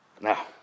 Now